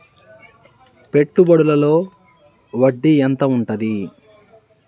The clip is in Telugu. పెట్టుబడుల లో వడ్డీ ఎంత ఉంటది?